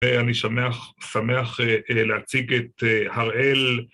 אני שמח להציג את הראל.